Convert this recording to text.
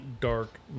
Dark